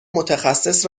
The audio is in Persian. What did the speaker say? متخصص